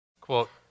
Quote